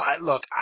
look